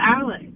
Alex